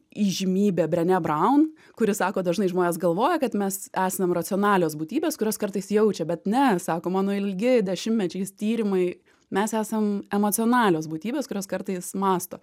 įžymybė brenė braun kuri sako dažnai žmonės galvoja kad mes esam racionalios būtybės kurios kartais jaučia bet ne sako mano ilgi dešimtmečiais tyrimai mes esam emocionalios būtybės kurios kartais mąsto